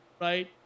right